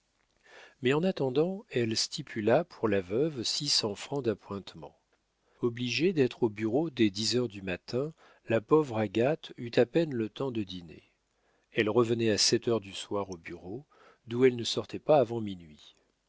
mais en attendant elle stipula pour la veuve six cents francs d'appointements obligée d'être au bureau dès dix heures du matin la pauvre agathe eut à peine le temps de dîner elle revenait à sept heures du soir au bureau d'où elle ne sortait pas avant minuit